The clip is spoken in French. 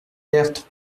tertre